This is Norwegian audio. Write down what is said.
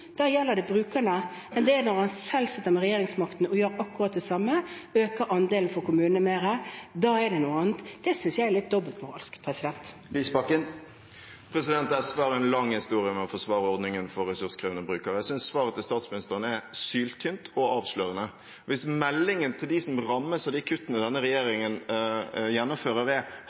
da gjelder det brukerne, men når han selv sitter med regjeringsmakten og gjør akkurat det samme, øker andelen for kommunene mer, da er det noe annet. Det synes jeg er litt dobbeltmoralsk. SV har en lang historie med å forsvare ordningen for ressurskrevende brukere. Jeg synes svaret til statsministeren er syltynt og avslørende. Hvis meldingen til dem som rammes av de kuttene denne regjeringen gjennomfører,